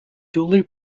dooley